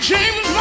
James